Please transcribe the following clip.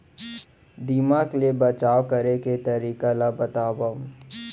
दीमक ले बचाव करे के तरीका ला बतावव?